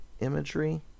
imagery